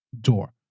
door